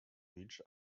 beach